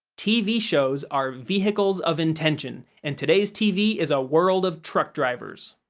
tv shows are vehicles of intention, and today's tv is a world of truck drivers.